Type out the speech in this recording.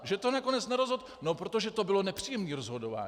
Že to nakonec nerozhodl no protože to bylo nepříjemné rozhodování.